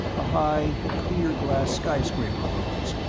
a high, clear-glass skyscraper rose,